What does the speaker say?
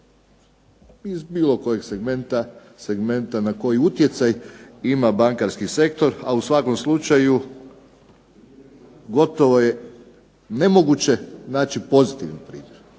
iz bilo kojeg segmenta, segmenta na koji utjecaj ima bankarski sektor a u svakom slučaju gotovo je nemoguće naći pozitivan primjer.